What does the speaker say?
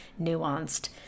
nuanced